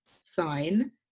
sign